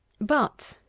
but,